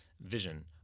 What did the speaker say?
vision